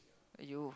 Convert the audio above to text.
!aiyo!